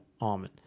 almond